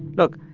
look.